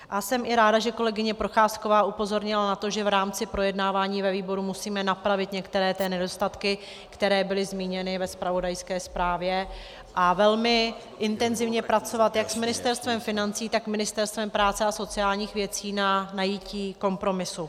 A jsem i ráda, že kolegyně Procházková upozornila na to, že v rámci projednávání ve výboru musíme napravit některé nedostatky, které byly zmíněny ve zpravodajské zprávě, a velmi intenzivně pracovat jak s Ministerstvem financí, tak s Ministerstvem práce a sociálních věcí na najití kompromisu.